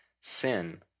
sin